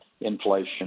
inflation